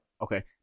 Okay